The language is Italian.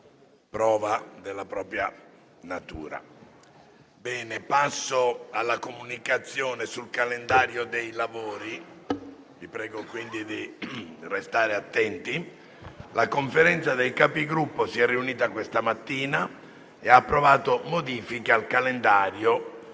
prova della propria natura.